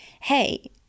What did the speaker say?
hey